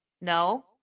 No